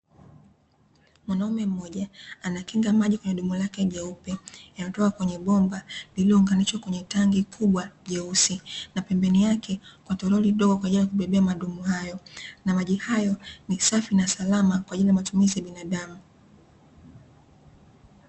Mwanaume mmoja anakinga maji kwenye dumu lake jeupe, yanayotoka kwenye bomba lililounganishwa kwenye tanki kubwa jeusi, na pembeni yake kuna toroli dogo kwa ajili ya kubebea madumu hayo. Na maji hayo ni safi na salama kwa ajili ya matumizi ya binadamu.